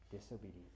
Disobedience